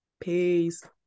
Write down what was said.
Peace